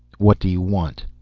what do you want?